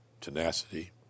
tenacity